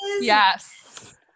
Yes